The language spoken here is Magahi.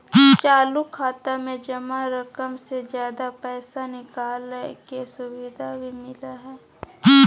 चालू खाता में जमा रकम से ज्यादा पैसा निकालय के सुविधा भी मिलय हइ